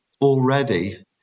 already